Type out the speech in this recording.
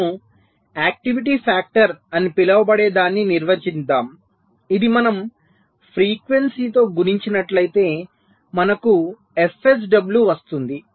మనము activity factor అని పిలువబడేదాన్ని నిర్వచించాము ఇది మనం ఫ్రీక్వెన్సీతో గుణించినట్లయితే మనకు fSW వస్తుంది